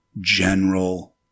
general